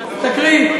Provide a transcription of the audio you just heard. תקריא.